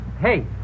Hey